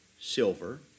silver